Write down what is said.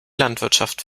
landwirtschaft